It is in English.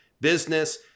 business